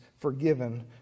forgiven